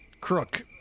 Crook